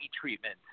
treatment